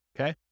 Okay